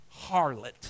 Harlot